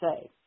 say